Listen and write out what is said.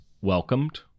welcomed